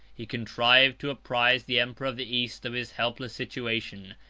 he contrived to apprise the emperor of the east of his helpless situation,